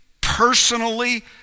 personally